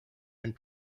and